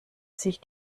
sich